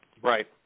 Right